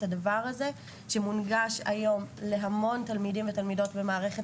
הדבר הזה שמונגש היום להמון תלמידים ותלמידות במערכת